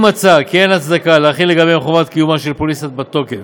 אם מצא כי אין הצדקה להחיל לגביהם חובת קיומה של פוליסה בת-תוקף.